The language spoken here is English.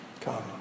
come